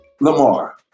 Lamar